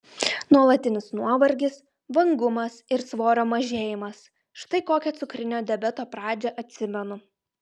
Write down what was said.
nuolatinis nuovargis vangumas ir svorio mažėjimas štai kokią cukrinio diabeto pradžią atsimenu